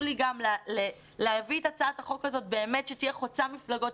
לי להביא את הצעת החוק הזאת ושהיא תהיה חוצת מפלגות.